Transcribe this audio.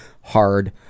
hard